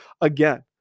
again